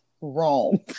wrong